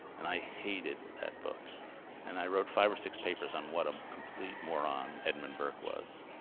and i hated that book and i wrote five or six papers on what a complete moron edmund burke was.